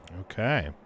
Okay